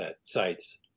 sites